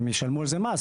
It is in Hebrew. הם ישלמו על זה מס.